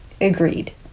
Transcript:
Agreed